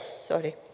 Sorry